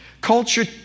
Culture